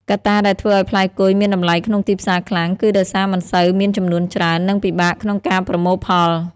កត្តាដែលធ្វើឱ្យផ្លែគុយមានតម្លៃក្នុងទីផ្សារខ្លាំង គឺដោយសារមិនសូវ មានចំនួនច្រើន និងពិបាកក្នុងការប្រមូលផល។